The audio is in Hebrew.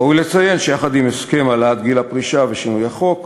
ראוי לציין שיחד עם הסכם העלאת גיל הפרישה ושינוי החוק,